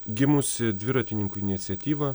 gimusi dviratininkų iniciatyva